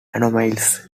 anomalies